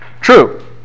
True